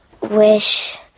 wish